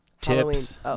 Tips